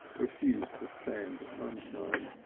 refused to stand sunshine.